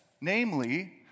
Namely